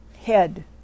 head